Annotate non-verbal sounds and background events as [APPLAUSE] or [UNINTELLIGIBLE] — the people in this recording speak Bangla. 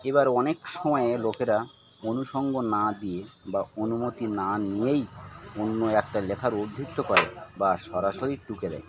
এবার অনেক সময়ে লোকেরা অনুষঙ্গ না দিয়ে বা অনুমতি না নিয়েই অন্য একটা লেখার [UNINTELLIGIBLE] করে বা সরাসরি টুকে দেয়